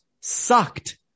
sucked